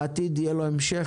בעתיד יהיה לו המשך.